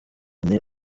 nti